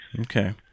Okay